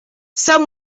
some